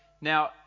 Now